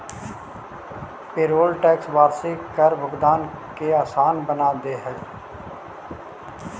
payroll tax वार्षिक कर भुगतान के असान बना दे हई